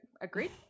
Agreed